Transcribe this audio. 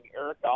Eric